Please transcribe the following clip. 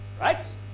Right